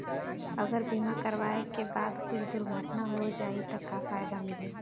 अगर बीमा करावे के बाद कुछ दुर्घटना हो जाई त का फायदा मिली?